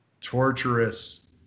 torturous